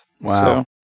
Wow